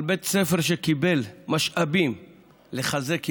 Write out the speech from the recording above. על בית ספר שקיבל משאבים לחזק ילדים,